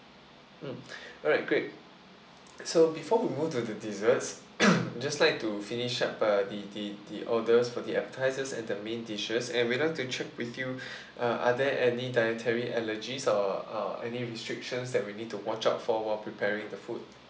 mm alright great so before we move to the desserts I just like to finish up uh the the the orders for the appetisers and the main dishes and we like to check with you uh are there any dietary allergies or err any restrictions that we need to watch out for while preparing the food